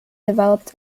developed